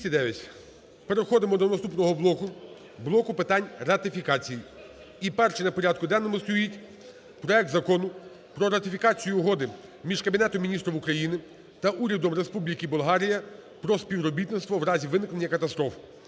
За-209 Переходимо до наступного блоку - блоку питаньратифікацій. І перший на порядку денному стоїть проект Закону про ратифікацію Угоди між Кабінетом Міністрів України та Урядом Республіки Болгарія про співробітництво в разі виникнення катастроф